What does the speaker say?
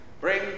Bring